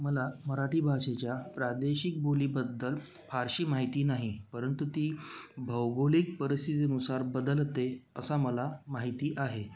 मला मराठी भाषेच्या प्रादेशिक बोलीबद्दल फारशी माहिती नाही परंतु ती भौगोलिक परिस्थितीनुसार बदलते असा मला माहिती आहे